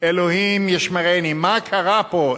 אלוהים ישמרני, מה קרה פה?